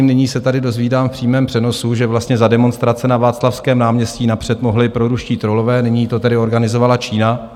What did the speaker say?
Nyní se tady dozvídám v přímém přenosu, že vlastně za demonstrace na Václavském náměstí napřed mohli proruští trollové, nyní to tedy organizovala Čína.